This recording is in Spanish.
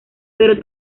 pero